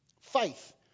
Faith